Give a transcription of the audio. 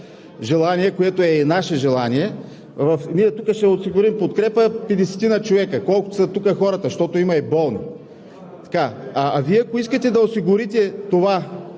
което е и наше желание – ние тук ще осигурим подкрепа на 50-ина човека, колкото са тук хората, защото има и болни – а ако Вие искахте да осигурите